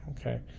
okay